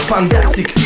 Fantastic